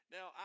Now